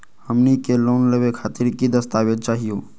हमनी के लोन लेवे खातीर की की दस्तावेज चाहीयो?